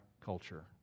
culture